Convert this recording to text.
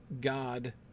God